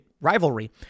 rivalry